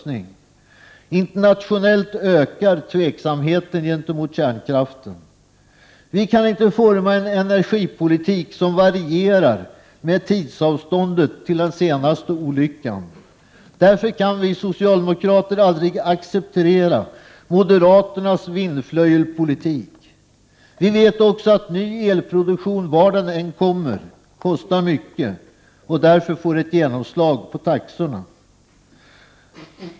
Internationellt ökar tveksamheten gentemot kärnkraften. Vi kan inte forma en energipolitik som varierar med tidsavståndet till den senaste olyckan. Därför kan vi socialdemokrater aldrig acceptera moderaternas vindflöjelpolitik. Vi vet också att ny elproduktion, var den än kommer ifrån, kostar mycket och därför får genomslag på taxorna.